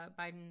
Biden